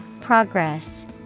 Progress